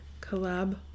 collab